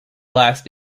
last